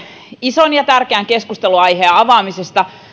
ison ja tärkeän keskustelunaiheen avaamisesta